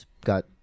got